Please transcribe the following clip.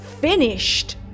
finished